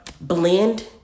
blend